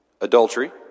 Adultery